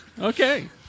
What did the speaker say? Okay